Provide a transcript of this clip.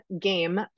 game